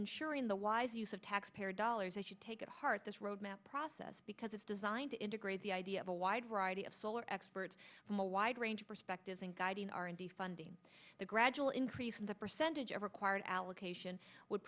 ensuring the wise use of taxpayer dollars and should take at heart this road map process because it's designed to integrate the idea of a wide variety of solar experts from a wide range of perspectives and guiding r and d funding the gradual increase in the percentage of required allocation would